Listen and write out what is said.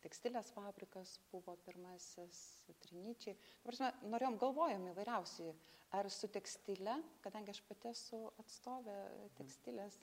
tekstilės fabrikas buvo pirmasis trinyčiai ta prasme norėjom galvojom įvairiausiai ar su tekstile kadangi aš pati esu atstovė tekstilės